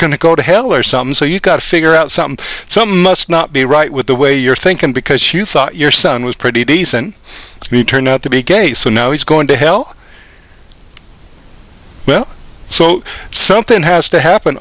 to go to hell or some so you've got to figure out something some must not be right with the way you're thinking because you thought your son was pretty decent as me turned out to be gay so now he's going to hell well so something has to happen